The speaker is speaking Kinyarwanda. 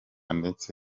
ndetse